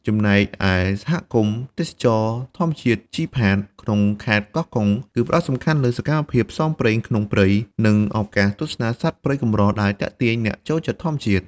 ចំណែកឯ សហគមន៍ទេសចរណ៍ធម្មជាតិជីផាត ក្នុងខេត្តកោះកុង គឺផ្ដោតសំខាន់លើសកម្មភាពផ្សងព្រេងក្នុងព្រៃ និងឱកាសទស្សនាសត្វព្រៃកម្រ ដែលទាក់ទាញអ្នកចូលចិត្តធម្មជាតិ។